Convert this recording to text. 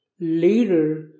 Later